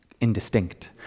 indistinct